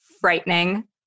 frightening